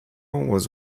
was